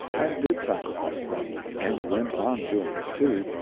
and did sacrifice them and went on doing it, too,